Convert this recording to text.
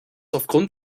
aufgrund